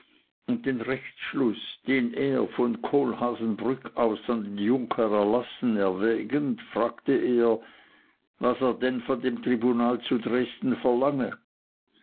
und den rechtsschluß den er von kohlhaasenbrück aus an den junker erlassen erwägend fragte er was er denn von dem tribunal zu dresden verlange